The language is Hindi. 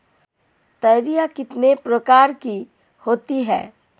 तोरियां कितने प्रकार की होती हैं?